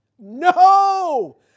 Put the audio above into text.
No